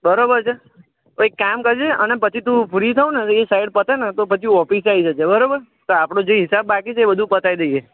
બરાબર છે તો કામ કરજે અને પછી તું ફ્રી થાઉં ને એ સાઈડ પતે ને તો પછી ઓફિસે આવી જજે બરાબર તો આપણો જે હિસાબ બાકી છે એ બધું પતાવી દઈએ